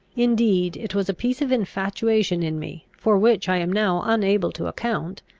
indeed it was a piece of infatuation in me, for which i am now unable to account,